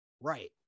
right